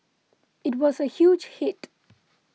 it was a huge hit